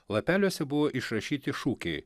lapeliuose buvo išrašyti šūkiai